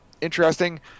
interesting